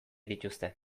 dituzte